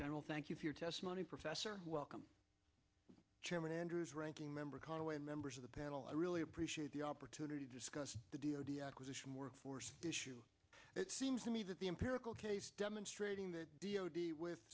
general thank you for your testimony professor welcome chairman andrews ranking member conaway members of the panel i really appreciate the opportunity to discuss the d o d acquisition workforce issue it seems to me that the empirical case demonstrating that